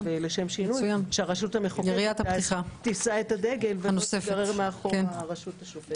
ולשם שינוי שהרשות המחוקקת תישא את הדגל ולא תיגרר מאחורי הרשות השופטת.